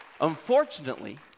Unfortunately